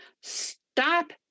Stop